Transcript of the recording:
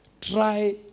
Try